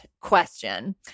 question